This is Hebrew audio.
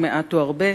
או מעט או הרבה.